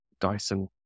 Dyson